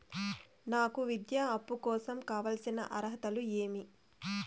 నాకు విద్యా అప్పు కోసం కావాల్సిన అర్హతలు ఏమి?